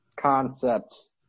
concepts